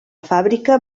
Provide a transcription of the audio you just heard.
fàbrica